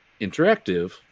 interactive